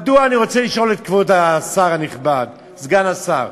מדוע, אני רוצה לשאול את כבוד השר הנכבד, סגן השר,